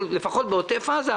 לפחות בעוטף עזה,